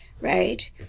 right